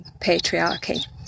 patriarchy